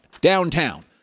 downtown